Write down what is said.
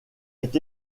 est